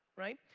right?